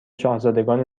شاهزادگان